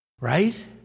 Right